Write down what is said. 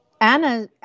Anna